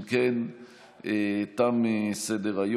יש תוכניות שזה לא,